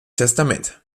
testament